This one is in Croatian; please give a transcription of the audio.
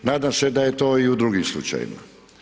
Nadam se da je to i u drugim slučajevima.